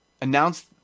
Announce